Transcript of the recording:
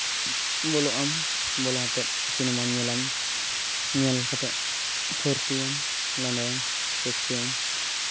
ᱵᱚᱞᱚᱜ ᱟᱢ ᱵᱚᱞᱚ ᱠᱟᱛᱮ ᱥᱤᱱᱮᱢᱟ ᱧᱮᱞᱟᱢ ᱧᱮᱞ ᱠᱟᱛᱮ ᱯᱷᱩᱨᱛᱤᱭᱟᱢ ᱞᱟᱸᱫᱟᱭᱟᱢ ᱨᱟᱹᱥᱠᱟᱹᱭᱟᱢ